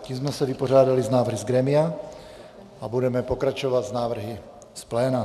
Tím jsme se vypořádali s návrhy z grémia a budeme pokračovat návrhy z pléna.